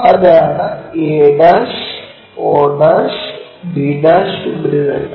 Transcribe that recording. അതാണ് a o b ഉപരിതലം